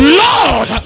lord